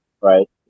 right